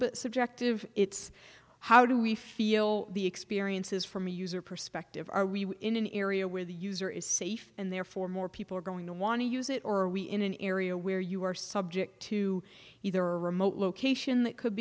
bit subjective it's how do we feel the experience is from a user perspective are we in an area where the user is safe and therefore more people are going to want to use it or are we in an area where you are subject to either remote location that could